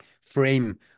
frame